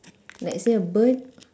let's say a bird